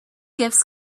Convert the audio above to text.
gifts